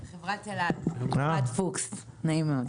חברת אל-על, אפרת פוקס נעים מאוד.